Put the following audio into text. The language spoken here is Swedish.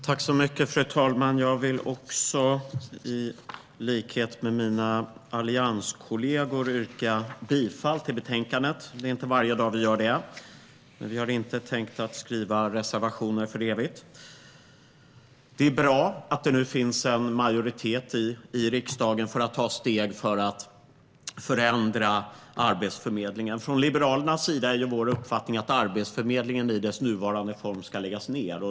Fru talman! I likhet med mina allianskollegor vill också jag yrka bifall till utskottets förslag i betänkandet. Det är inte varje dag som vi gör det, men vi har inte tänkt att skriva reservationer i all evighet. Det är bra att det nu finns en majoritet i riksdagen för att ta steg för att förändra Arbetsförmedlingen. Liberalernas uppfattning är att Arbetsförmedlingen i dess nuvarande form ska läggas ned.